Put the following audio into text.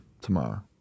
tomorrow